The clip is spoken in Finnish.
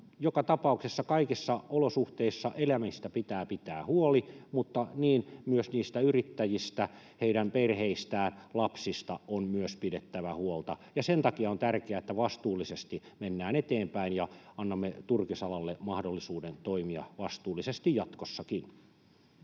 Joka tapauksessa kaikissa olosuhteissa eläimistä pitää pitää huoli, mutta niin myös yrittäjistä, heidän perheistään ja lapsistaan on pidettävä huolta, ja sen takia on tärkeää, että vastuullisesti mennään eteenpäin ja annamme turkisalalle mahdollisuuden toimia vastuullisesti jatkossakin.